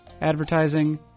advertising